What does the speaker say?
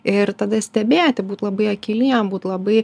ir tada stebėti būt labai akyliem būt labai